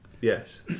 yes